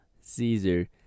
Caesar